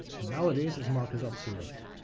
and nowadays is marked as obsolete.